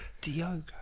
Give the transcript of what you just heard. Diogo